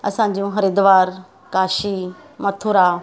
असांजो हरिद्वार काशी मथुरा